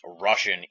Russian